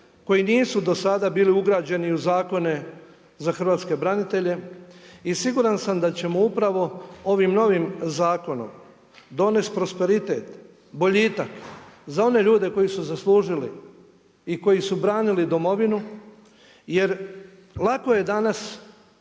koji nisu do sada bili ugrađeni u zakone za hrvatske branitelje i siguran sam da ćemo upravo ovim novim zakonom donesti prosperitet, boljitak, za one ljude koji su ih zaslužili i koji su branili domovinu. Jer lako je danas,